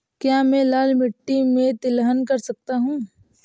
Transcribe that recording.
क्या मैं लाल मिट्टी में तिलहन कर सकता हूँ?